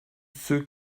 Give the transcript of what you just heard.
ceux